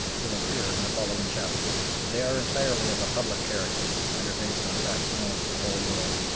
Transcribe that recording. will appear in the following chapters. they are entirely of a public character, and are based on facts known to the whole world.